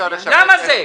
למה זה?